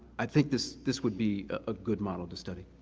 i think this this would be a good model to study.